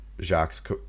Jacques